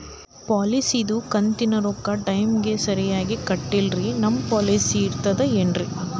ಪಾಲಿಸಿದು ಕಂತಿನ ರೊಕ್ಕ ಟೈಮಿಗ್ ಸರಿಗೆ ಕಟ್ಟಿಲ್ರಿ ನಮ್ ಪಾಲಿಸಿ ಇರ್ತದ ಏನ್ರಿ?